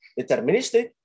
deterministic